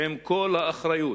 עם כל האחריות